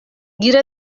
گیر